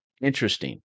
Interesting